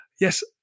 yes